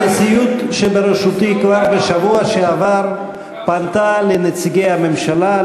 הנשיאות בראשותי פנתה כבר בשבוע שעבר לנציגי הממשלה,